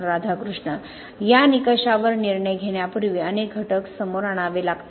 राधाकृष्ण या निकषावर निर्णय घेण्यापूर्वी अनेक घटक समोर आणावे लागतील